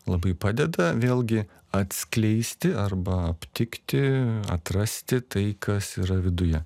labai padeda vėlgi atskleisti arba aptikti atrasti tai kas yra viduje